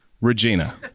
Regina